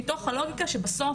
מתוך הלוגיקה שבסוף,